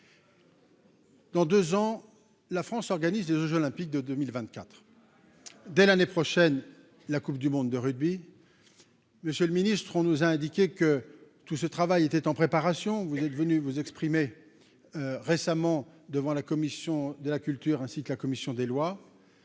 Dans 2 ans la France organise des jeux Olympiques de 2024 dès l'année prochaine la Coupe du monde de rugby, monsieur le ministre, on nous a indiqué que tout ce travail était en préparation, vous êtes venus vous exprimer récemment devant la commission de la culture, ainsi que la commission des lois,